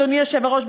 אדוני היושב-ראש,